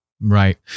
Right